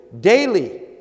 daily